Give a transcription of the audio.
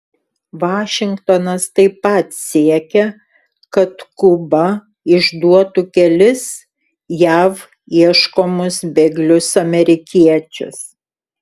vašingtonas taip pat siekia kad kuba išduotų kelis jav ieškomus bėglius amerikiečius